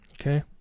Okay